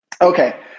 Okay